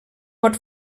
pot